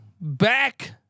back